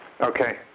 Okay